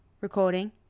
recording